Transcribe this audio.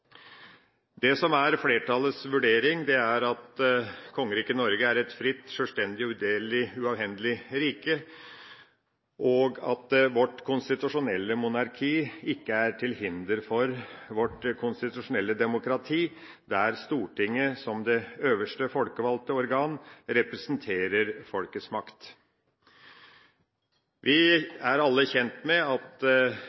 Det som er flertallets vurdering, er at kongeriket Norge er et fritt, sjølstendig og udelelig og uavhendelig rike, og at vårt konstitusjonelle monarki ikke er til hinder for vårt konstitusjonelle demokrati, der Stortinget, som det øverste folkevalgte organ, representerer folkets makt.